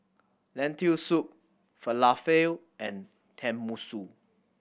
Lentil Soup Falafel and Tenmusu